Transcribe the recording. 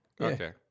Okay